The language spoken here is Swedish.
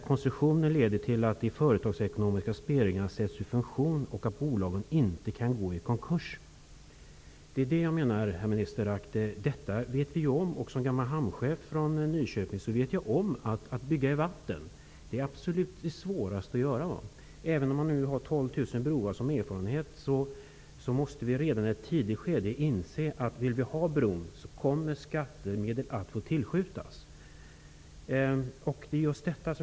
Konstruktionen leder till att de företagsekonomiska spelreglerna sätts ur funktion och att bolagen inte kan gå i konkurs.'' Detta vet vi om, herr minister. Som gammal hamnchef från Nyköping vet jag att det absolut svåraste att göra är att bygga i vatten. Även med erfarenhet av 12 000 broar, måste vi redan i ett tidigt skede inse att om vi vill ha bron så kommer skattemedel att behöva skjutas till.